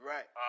Right